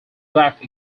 back